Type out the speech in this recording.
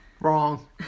Wrong